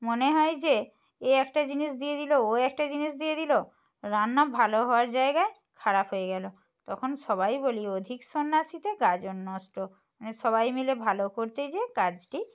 মনে হয় যে এ একটা জিনিস দিয়ে দিলো ও একটা জিনিস দিয়ে দিলো রান্না ভালো হওয়ার জায়গায় খারাপ হয়ে গেলো তখন সবাই বলি অধিক সন্ন্যাসিতে গাজন নষ্ট মানে সবাই মিলে ভালো করতে যেয়ে কাজটি